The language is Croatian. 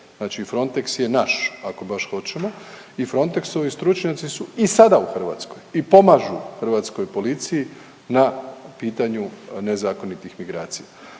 znači Frontex je naš ako baš hoćemo i Frontexovi stručnjaci su i sada u Hrvatskoj i pomažu hrvatskoj policiji na pitanju nezakonitih migracija.